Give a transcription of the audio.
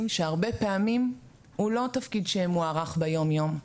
שהרבה פעמים הוא לא תפקיד שמוערך ביום-יום,